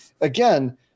again